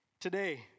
Today